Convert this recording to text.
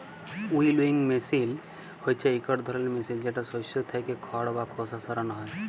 উইলউইং মেসিল হছে ইকট ধরলের মেসিল যেটতে শস্য থ্যাকে খড় বা খোসা সরানো হ্যয়